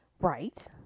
Right